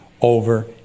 over